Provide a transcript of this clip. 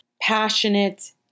passionate